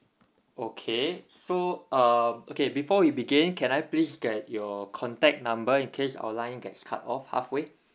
okay so uh okay before we begin can I please get your contact number in case our line gets cut off halfway